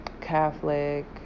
Catholic